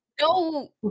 No